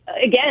again